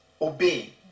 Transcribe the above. Obey